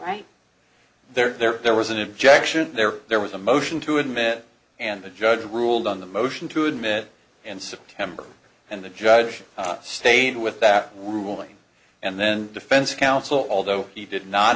right there there was an objection there there was a motion to admit and the judge ruled on the motion to admit and september and the judge stayed with that ruling and then defense counsel although he did not